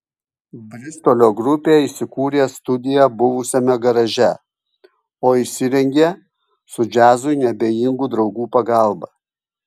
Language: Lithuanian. bristolio grupė įsikūrė studiją buvusiame garaže o įsirengė su džiazui neabejingų draugų pagalba